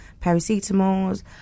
paracetamols